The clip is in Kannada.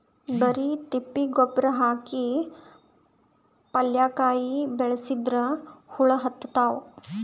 ಬರಿ ತಿಪ್ಪಿ ಗೊಬ್ಬರ ಹಾಕಿ ಪಲ್ಯಾಕಾಯಿ ಬೆಳಸಿದ್ರ ಹುಳ ಹತ್ತತಾವ?